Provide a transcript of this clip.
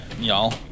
y'all